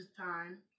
time